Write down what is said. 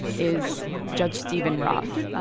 is judge stephen roth.